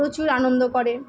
প্রচুর আনন্দ করে